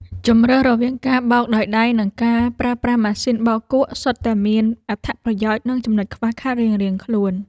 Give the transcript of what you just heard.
ជម្រើសរវាងការបោកដោយដៃ និងការប្រើប្រាស់ម៉ាស៊ីនបោកគក់សុទ្ធតែមានអត្ថប្រយោជន៍ និងចំណុចខ្វះខាតរៀងៗខ្លួន។